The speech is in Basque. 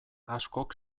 askok